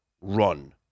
run